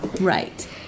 Right